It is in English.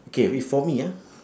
okay if for me ah